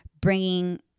bringing